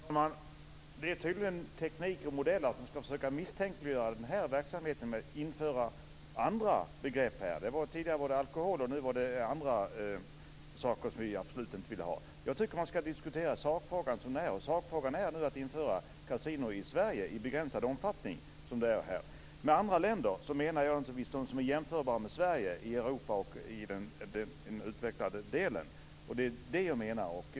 Fru talman! Det är tydligen tekniken och modellen att man skall försöka misstänkliggöra den här verksamheten genom att införa andra begrepp. Tidigare var det alkoholen och nu är det andra saker som vi absolut inte vill ha. Jag tycker att man skall diskutera sakfrågan som den är, och sakfrågan gäller nu att införa kasino i Sverige i begränsad omfattning. Med andra länder menar jag naturligtvis dem som är jämförbara med Sverige i Europa och i den utvecklade delen av världen. Det är det jag menar.